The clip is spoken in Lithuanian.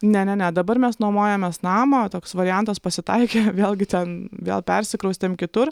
ne ne ne dabar mes nuomojamės namą toks variantas pasitaikė vėlgi ten vėl persikraustėm kitur